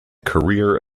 career